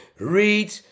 read